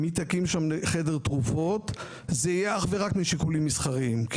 אם היא תקים שם חדר תרופות זה יהיה אך ורק משיקולים מסחריים כי